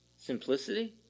Simplicity